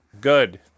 Good